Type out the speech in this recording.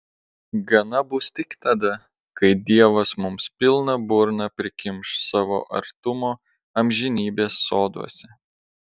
gana bus tik tada kai dievas mums pilną burną prikimš savo artumo amžinybės soduose